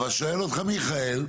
אבל שואל אותך מיכאל,